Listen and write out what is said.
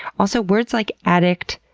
also, words like addict,